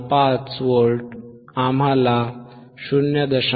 15 volt आम्हाला 0